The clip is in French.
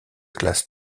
classe